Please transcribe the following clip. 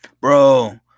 Bro